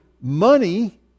money